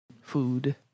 Food